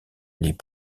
les